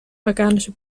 organische